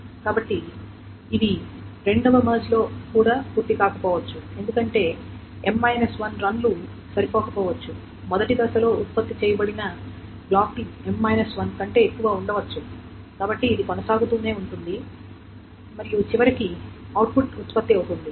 కాబట్టి ఇవి రెండవ మెర్జ్ లో కూడా పూర్తి కాకపోవచ్చు ఎందుకంటే M 1 రన్ లు సరిపోకపోవచ్చు మొదటి దశలో ఉత్పత్తి చేయబడిన బ్లాక్లు M 1 కంటే ఎక్కువ ఉండవచ్చు కాబట్టి ఇది కొనసాగుతూనే ఉంది మరియు చివరకు అవుట్పుట్ ఉత్పత్తి అవుతుంది